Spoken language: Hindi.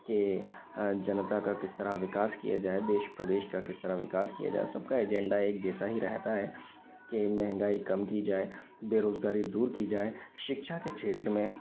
के जनता का किस तरह विकास किया जाए देश प्रदेश का किस तरह विकास किया जाये सबका एजेंडा एक जैसा ही रहता है कि महंगाई कम की जाये बेरोज़गारी दूर की जाये शिक्षा के क्षेत्र में